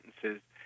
sentences